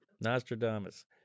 Nostradamus